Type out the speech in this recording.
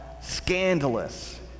scandalous